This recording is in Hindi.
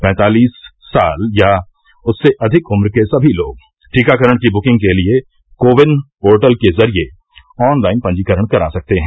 पैंतालीस साल या उससे अधिक उम्र के सभी लोग टीकाकरण की बुकिंग के लिए को विन पोर्टल के जरिए ऑनलाइन पंजीकरण करा सकते हैं